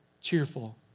cheerful